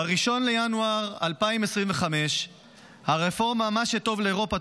ב-1 בינואר 2025 הרפורמה "מה שטוב לאירופה,